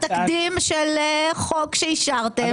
התקדים של החוק שאישרתם.